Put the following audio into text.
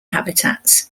habitats